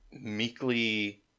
meekly